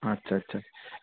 আচ্ছা আচ্ছা